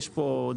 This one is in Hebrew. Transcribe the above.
זאת מועצה אזורית.